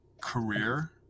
career